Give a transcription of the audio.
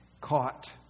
Caught